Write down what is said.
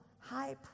high